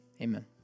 Amen